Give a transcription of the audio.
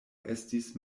estis